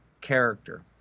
character